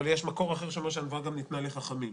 אבל יש מקור אחר שאומר שהנבואה ניתנה לחכמים.